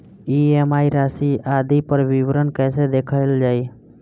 EMI राशि आदि पर विवरण कैसे देखल जाइ?